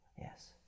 Yes